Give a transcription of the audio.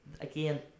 again